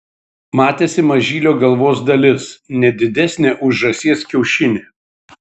matėsi mažylio galvos dalis ne didesnė už žąsies kiaušinį